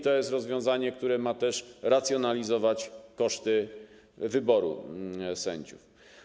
To jest rozwiązanie, które ma racjonalizować koszty wyboru sędziów.